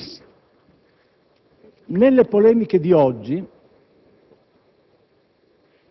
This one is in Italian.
Faccio subito una premessa: nelle polemiche di oggi